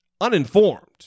uninformed